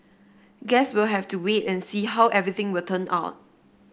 guess we'll have to wait and see how everything will turn out